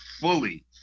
fully